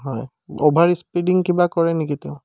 হয় over speeding কিবা কৰে নেকি তেওঁ